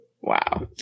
Wow